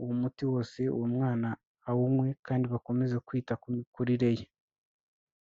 uwo umuti wose uwo mwana awunywe, kandi bakomeze kwita ku mikurire ye.